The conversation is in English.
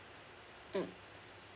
mm